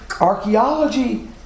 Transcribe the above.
archaeology